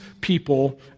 people